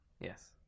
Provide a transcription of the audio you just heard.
Yes